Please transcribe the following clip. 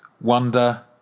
wonder